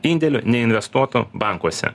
indėlių neinvestuotų bankuose